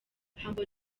humble